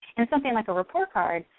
and something like a report card,